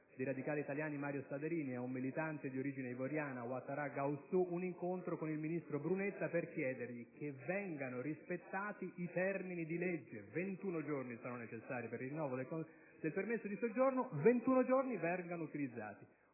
Gaoussou Ouattara, un incontro con il ministro Brunetta per chiedergli che vengano rispettati i termini di legge: 21 giorni sono necessari per il rinnovo del permesso di soggiorno, 21 giorni vengano utilizzati.